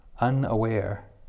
unaware